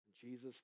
Jesus